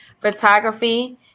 photography